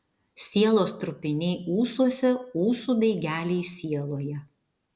sielos trupiniai ūsuose ūsų daigeliai sieloje